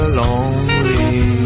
lonely